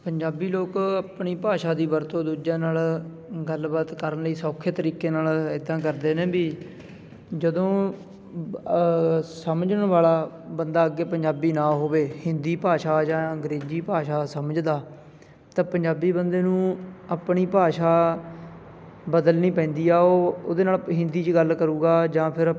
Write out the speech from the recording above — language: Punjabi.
ਪੰਜਾਬੀ ਲੋਕ ਆਪਣੀ ਭਾਸ਼ਾ ਦੀ ਵਰਤੋਂ ਦੂਜਿਆਂ ਨਾਲ ਗੱਲਬਾਤ ਕਰਨ ਲਈ ਸੌਖੇ ਤਰੀਕੇ ਨਾਲ ਇੱਦਾਂ ਕਰਦੇ ਨੇ ਵੀ ਜਦੋਂ ਬ ਸਮਝਣ ਵਾਲਾ ਬੰਦਾ ਅੱਗੇ ਪੰਜਾਬੀ ਨਾ ਹੋਵੇ ਹਿੰਦੀ ਭਾਸ਼ਾ ਜਾਂ ਅੰਗਰੇਜ਼ੀ ਭਾਸ਼ਾ ਸਮਝਦਾ ਤਾਂ ਪੰਜਾਬੀ ਬੰਦੇ ਨੂੰ ਆਪਣੀ ਭਾਸ਼ਾ ਬਦਲਣੀ ਪੈਂਦੀ ਆ ਉਹ ਉਹਦੇ ਨਾਲ ਹਿੰਦੀ 'ਚ ਗੱਲ ਕਰੇਗਾ ਜਾਂ ਫਿਰ